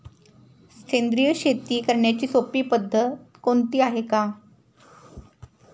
सेंद्रिय शेती करण्याची सोपी पद्धत कोणती आहे का?